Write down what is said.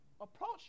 approach